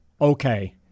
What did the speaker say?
Okay